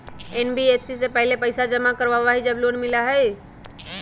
NBFC पहले पईसा जमा करवहई जब लोन मिलहई?